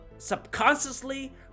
subconsciously